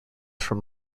from